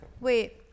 Wait